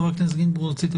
חבר הכנסת גינזבורג.